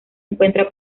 encuentra